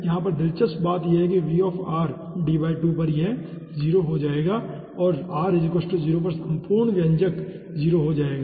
यहाँ पर दिलचस्प बात यह है कि V D 2 पर 0 हो जाएगा और r 0 पर संपूर्ण व्यंजक 0 हो जाएगा